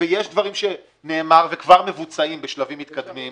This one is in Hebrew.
ויש דברים שנאמר וכבר מבוצעים בשלבים מתקדמים.